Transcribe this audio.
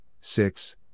six